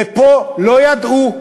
ופה לא ידעו.